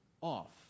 off